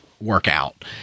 workout